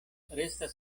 restas